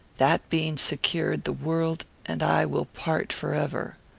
that being secured, the world and i will part forever.